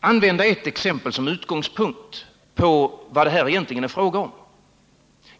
anföra ett exempel som utgångspunkt för diskussionen om vad det här egentligen är fråga om.